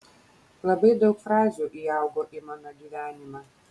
labai daug frazių įaugo į mano gyvenimą